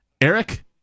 Eric